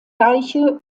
deiche